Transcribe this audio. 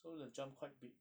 so the jump quite big